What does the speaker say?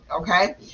Okay